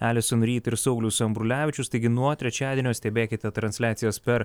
elison ryd ir saulius ambrulevičius taigi nuo trečiadienio stebėkite transliacijas per